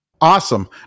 Awesome